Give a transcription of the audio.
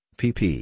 pp